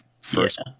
first